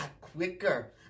quicker